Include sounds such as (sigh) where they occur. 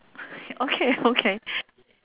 (laughs) okay okay